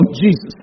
Jesus